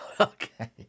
Okay